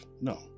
no